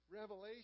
revelation